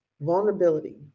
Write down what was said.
vulnerability